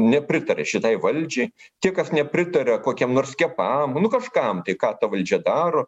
nepritaria šitai valdžiai tie kas nepritaria kokiem nors skiepam nu kažkam tai ką ta valdžia daro